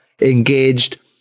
engaged